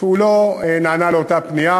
שהוא לא נענה לאותה פנייה.